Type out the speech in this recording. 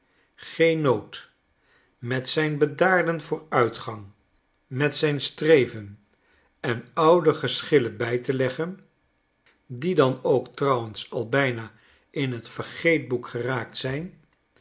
geen nood met zijn bedaarden vooruitgang met zijn streven en oude geschillen btj te leggen die dan ook trouwens al bijna in t vergeetboek geraakt zijn